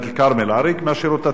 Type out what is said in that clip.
עריק מהשירות הצבאי,